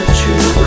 true